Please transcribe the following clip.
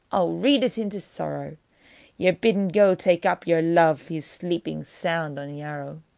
i'll read it into sorrow ye're bidden go take up your love, he's sleeping sound on yarrow.